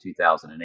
2008